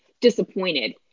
disappointed